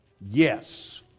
yes